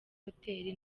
hoteli